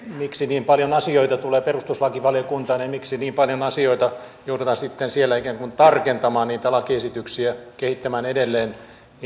miksi niin paljon asioita tulee perustuslakivaliokuntaan ja miksi niin paljon joudutaan sitten siellä ikään kuin tarkentamaan niitä lakiesityksiä kehittämään edelleen